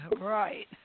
Right